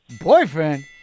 Boyfriend